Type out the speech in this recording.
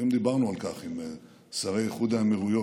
היום דיברנו על כך עם שרי איחוד האמירויות.